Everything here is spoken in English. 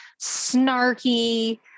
snarky